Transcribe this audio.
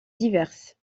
diverses